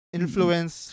influence